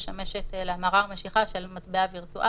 שמשמשת להמרה או משיכה של מטבע וירטואלי,